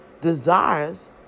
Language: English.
desires